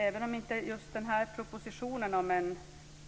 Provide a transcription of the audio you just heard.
Även om inte just den här propositionen